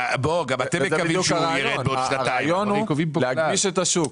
זה בדיוק הרעיון: להגדיש את השוק.